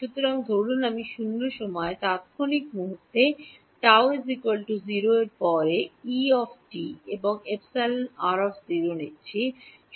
সুতরাং ধরুন আমি শূন্য সময়ে তাত্ক্ষণিক মুহূর্তে τ 0 পরে এর E এবং εr নিচ্ছি